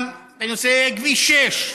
גם בנושא כביש 6,